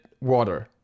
water